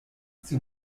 sie